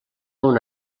una